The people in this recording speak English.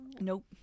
nope